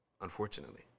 unfortunately